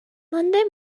monday